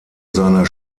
seiner